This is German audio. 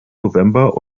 november